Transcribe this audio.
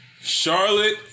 Charlotte